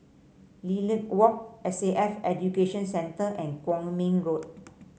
Lilac Walk S A F Education Centre and Kwong Min Road